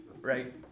Right